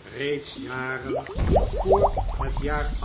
eeeds jaren voor het jaar